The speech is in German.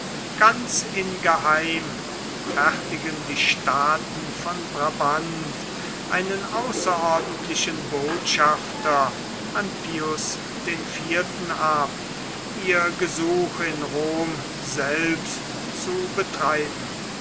ganz ingeheim fertigten die staaten von brabant einen außerordentlichen botschafter an pius den vierten ab ihr gesuch in rom selbst zu betreiben